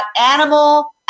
animal